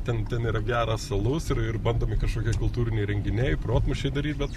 ten ten yra geras alus ir ir bandomi kažkokie kultūriniai renginiai protmūšiai daryt bet